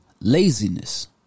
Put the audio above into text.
laziness